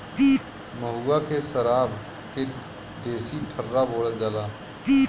महुआ के सराब के देसी ठर्रा बोलल जाला